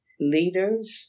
leaders